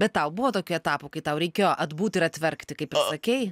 bet tau buvo tokių etapų kai tau reikėjo atbūti ir atverkti kaip ir sakei